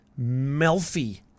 Melfi